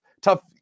tough